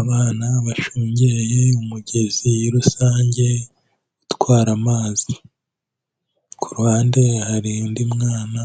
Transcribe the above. Abana bashungereye umugezi rusange utwara amazi, ku ruhande hari undi mwana